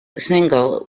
single